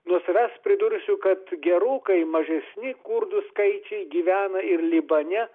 nuo savęs pridursiu kad gerokai mažesni kurdų skaičiai gyvena ir libane